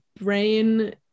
brain